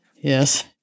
Yes